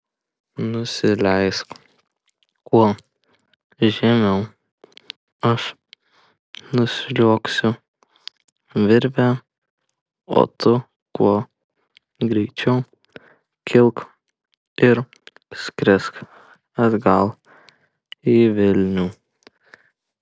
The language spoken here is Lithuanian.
nusileisk kuo žemiau aš nusliuogsiu virve o tu kuo greičiau kilk ir skrisk atgal į vilnių